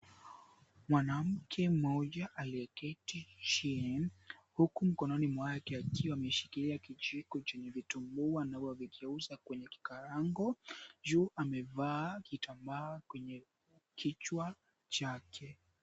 Mwanamke mmoja aliyeketi chini, huku mkononi mwake akiwa ameshikilia kijiko chenye vitumbua na ywavigeuza kwenye kikaango. Juu amevaa kitambaa kwenye kichwa chake.